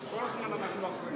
כל הזמן אנחנו אחראיים.